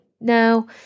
no